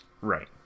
Right